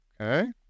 okay